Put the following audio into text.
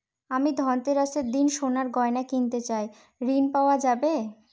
আমি ধনতেরাসের দিন সোনার গয়না কিনতে চাই ঝণ পাওয়া যাবে?